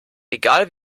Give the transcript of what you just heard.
egal